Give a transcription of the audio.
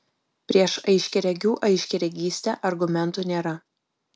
prieš aiškiaregių aiškiaregystę argumentų nėra